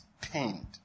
pained